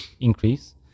increase